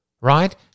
right